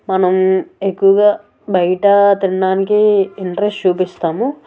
మనం ఎక్కువగా బయట తినడానికే ఇంట్రెస్ట్ చూపిస్తాము